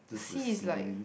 see is like